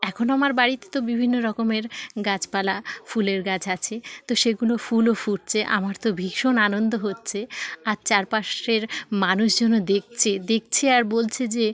এখন আমার বাড়িতে তো বিভিন্ন রকমের গাছপালা ফুলের গাছ আছে তো সেগুলো ফুলও ফুটছে আমার তো ভীষণ আনন্দ হচ্ছে আর চারপাশের মানুষজন দেখছে দেখছে আর বলছে যে